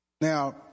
Now